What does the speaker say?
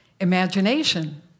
imagination